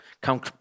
come